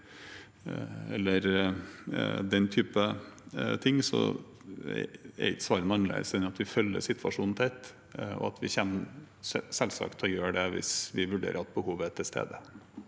er ikke svaret noe annet enn at vi følger situasjonen tett, og at vi selvsagt kommer til å gjøre det hvis vi vurderer at behovet er til stede.